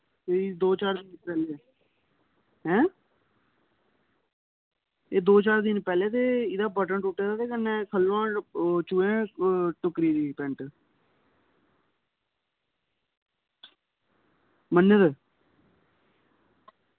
कोई दो चार दिन पैह्लें हैं एह् दो चार दिन पैह्लें ते कन्नै एह्दा बटन टुट्टे दा ते कन्नै थ'ल्ले दा चूहैं टुक्की दी पैंट मन्नग